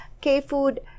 K-food